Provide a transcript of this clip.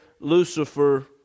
lucifer